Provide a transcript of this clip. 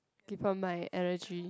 keep on my energy